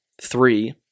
Three